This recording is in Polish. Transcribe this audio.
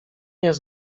jest